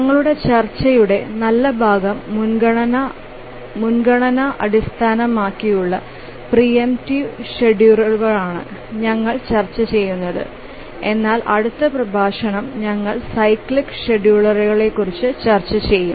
ഞങ്ങളുടെ ചർച്ചയുടെ നല്ല ഭാഗം മുൻഗണന അടിസ്ഥാനമാക്കിയുള്ള പ്രീ എംപ്റ്റീവ് ഷെഡ്യൂളറുകളിലാണ് ഞങ്ങൾ ചർച്ച ചെയ്യുന്നത് എന്നാൽ അടുത്ത പ്രഭാഷണം ഞങ്ങൾ സൈക്ലിക് ഷെഡ്യൂളറുകളെക്കുറിച്ച് ചർച്ച ചെയ്യും